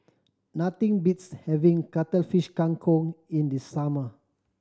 nothing beats having Cuttlefish Kang Kong in the summer